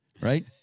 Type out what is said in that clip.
right